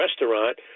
restaurant